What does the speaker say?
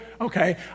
Okay